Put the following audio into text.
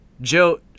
Joe